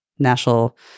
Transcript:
national